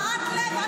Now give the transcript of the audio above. רעת לב.